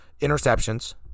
interceptions